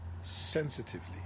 sensitively